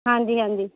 ਹਾਂਜੀ ਹਾਂਜੀ